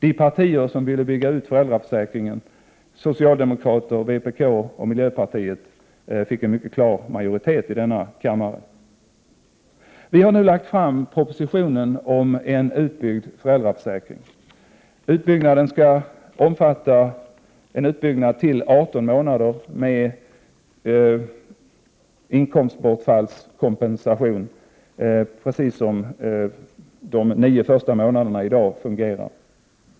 De partier som ville bygga ut föräldraförsäkringen, socialdemokraterna, vpk och miljöpartiet, fick en mycket klar majoritet i denna kammare. Vi har nu lagt fram propositionen om en utbyggd föräldraförsäkring. Utbyggnaden skall omfatta en förlängning av denna till 18 månader med inkomstbortfallskompensation, precis som det i dag fungerar under de nio första månaderna.